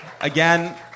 Again